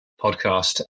podcast